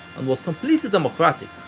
and was completely democratic,